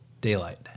daylight